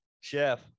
Chef